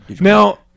Now